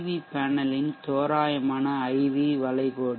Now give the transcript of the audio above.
we பேனலின் தோராயமான IV வளைகோடு